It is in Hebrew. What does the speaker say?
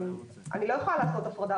אני לא יכולה לעשות הפרדה,